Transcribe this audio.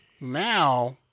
now